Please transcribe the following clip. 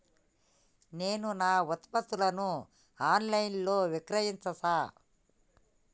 నేను నా ఉత్పత్తులను ఆన్ లైన్ లో విక్రయించచ్చా?